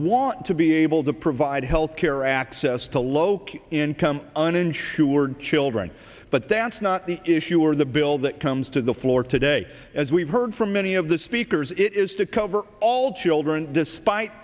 want to be able to provide health care access to local income uninsured children but that's not the issue or the bill that comes to the floor today as we've heard from many of the speakers it is to cover all children despite